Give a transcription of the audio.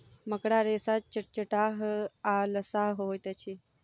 मकड़ा रेशा चटचटाह आ लसाह होइत अछि